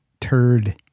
turd